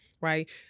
right